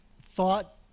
thought